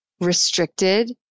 restricted